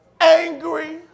angry